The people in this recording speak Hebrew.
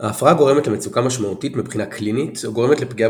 ההפרעה גורמת למצוקה משמעותית מבחינה קלינית או גורמת לפגיעה